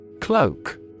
Cloak